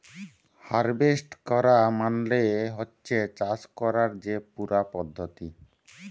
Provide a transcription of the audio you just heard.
harvest ক্যরা মালে হছে চাষ ক্যরার যে পুরা পদ্ধতি